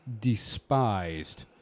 despised